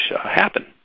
happen